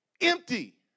Empty